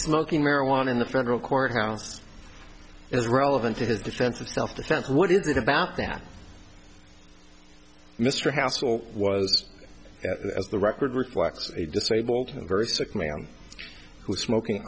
smoking marijuana in the federal courthouse is relevant to his defense of self defense what is it about that mr hassel was as the record reflects a disabled and very sick man who was smoking